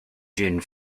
june